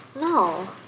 No